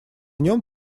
нём